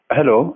Hello